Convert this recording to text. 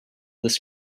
this